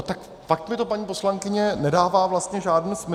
Tak pak mi to, paní poslankyně, nedává vlastně žádný smysl.